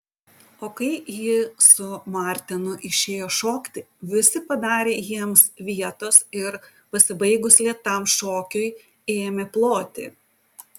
o kai ji su martenu išėjo šokti visi padarė jiems vietos ir pasibaigus lėtam šokiui ėmė ploti